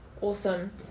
Awesome